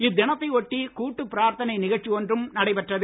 இத்தினத்தை ஒட்டி கூட்டுப் பிராத்தனை நிகழ்ச்சி ஒன்றும் நடைபெற்றது